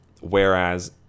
Whereas